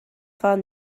find